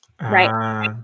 right